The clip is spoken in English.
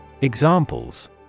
Examples